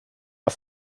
auf